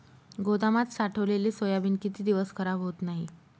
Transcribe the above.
गोदामात साठवलेले सोयाबीन किती दिवस खराब होत नाही?